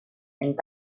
and